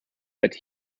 but